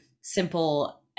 simple